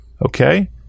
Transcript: Okay